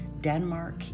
Denmark